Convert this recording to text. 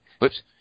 Whoops